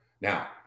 Now